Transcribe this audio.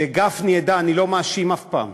שגפני ידע, אני לא מאשים אף פעם,